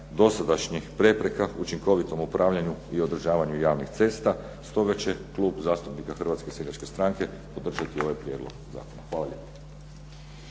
dosadašnjih prepreka učinkovitom upravljanju i održavanju javnih cesta. Stoga će Klub zastupnika HSS-a podržati ovaj prijedlog zakona. Hvala